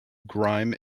grime